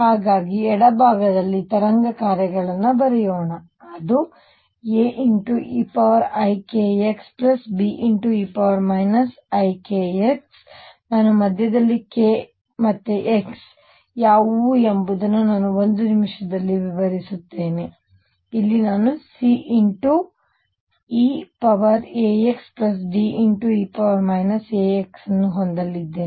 ಹಾಗಾಗಿ ಎಡಭಾಗದಲ್ಲಿ ತರಂಗ ಕಾರ್ಯಗಳನ್ನು ಬರೆಯೋಣ ಅದು AeikxB e ikx ನಾನು ಮಧ್ಯದಲ್ಲಿ k x ಯಾವುವು ಎಂಬುದನ್ನು ನಾನು ಒಂದು ನಿಮಿಷದಲ್ಲಿ ವಿವರಿಸುತ್ತೇನೆ ಇಲ್ಲಿ ನಾನು C eαxD e αx ಹೊಂದಲಿದ್ದೇನೆ